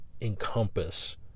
encompass